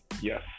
Yes